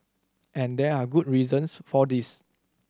and there are good reasons for this